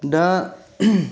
दा